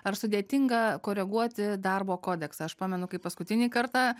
ar sudėtinga koreguoti darbo kodeksą aš pamenu kai paskutinį kartą